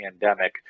pandemic